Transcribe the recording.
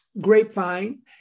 grapevine